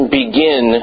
begin